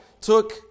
took